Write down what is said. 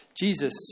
Jesus